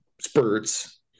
spurts